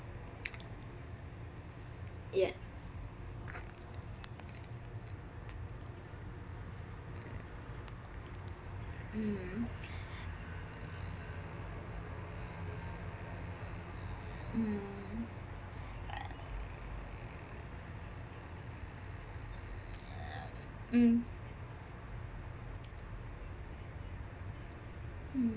yah mm mm mm mm